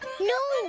no,